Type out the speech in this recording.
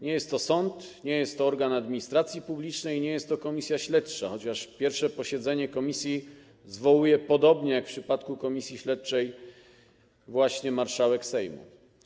Nie jest to sąd, nie jest to organ administracji publicznej i nie jest to komisja śledcza, chociaż pierwsze posiedzenie komisji zwołuje podobnie jak w przypadku komisji śledczej właśnie marszałek Sejmu.